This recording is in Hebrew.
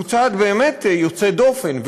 שהוא צעד באמת יוצא דופן,